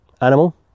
animal